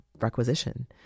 requisition